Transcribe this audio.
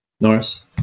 Norris